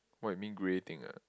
what you mean grey thing ah